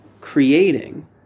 creating